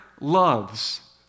loves